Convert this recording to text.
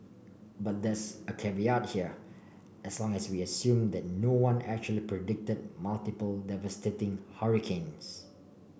but there's a caveat here as long as we assume that no one actually predicted multiple devastating hurricanes